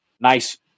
Nice